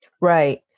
Right